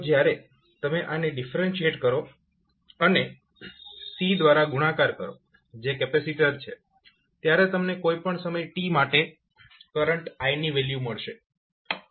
તો જ્યારે તમે આને ડિફરન્શિએટ કરો અને C દ્વારા ગુણાકાર કરો જે કેપેસિટર છે ત્યારે તમને કોઈ પણ સમય t માટે કરંટ i ની વેલ્યુ મળશે